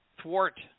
thwart